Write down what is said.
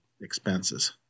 expenses